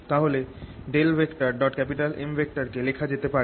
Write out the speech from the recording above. তাহলে M কে লেখা যেতে পারে